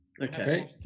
Okay